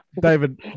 David